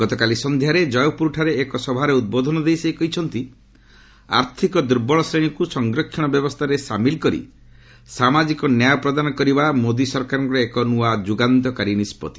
ଗତକାଲି ସନ୍ଧ୍ୟାରେ ଜୟପୁରଠାରେ ଏକ ସଭାରେ ଉଦ୍ବୋଧନ ଦେଇ ସେ କହିଛନ୍ତି ଆର୍ଥିକ ଦୁର୍ବଳ ଶ୍ରେଣୀକୁ ସଂରକ୍ଷଣ ବ୍ୟବସ୍ଥାରେ ସାମିଲ କରି ସାମାଜିକ ନ୍ୟାୟ ପ୍ରଦାନ କରିବା ମୋଦି ସରକାରଙ୍କର ଏକ ଯୁଗାନ୍ତକାରୀ ନିଷ୍ପଭି